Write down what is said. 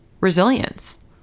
resilience